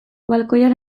balkoian